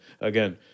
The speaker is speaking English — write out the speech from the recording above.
again